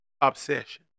obsession